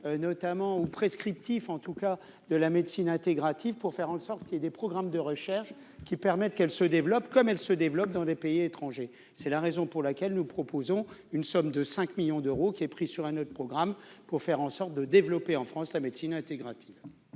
notamment ou prescriptif en tout cas de la médecine intégrative, pour faire en sorte qu'il y ait des programmes de recherche qui permettent qu'elle se développe comme elle se développe dans des pays étrangers, c'est la raison pour laquelle nous proposons une somme de 5 millions d'euros, qui est pris sur un autre programme pour faire en sorte de développer en France, la médecine intégrative.